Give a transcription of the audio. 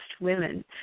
women